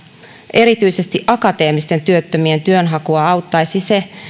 erityisesti akateemisten työttömien työnhakua auttaisi se